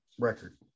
record